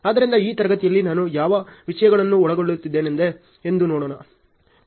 ಆದ್ದರಿಂದ ಈ ತರಗತಿಯಲ್ಲಿ ನಾನು ಯಾವ ವಿಷಯಗಳನ್ನು ಒಳಗೊಳ್ಳಲಿದ್ದೇನೆ ಎಂದು ನೋಡೋಣ